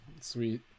sweet